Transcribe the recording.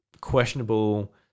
questionable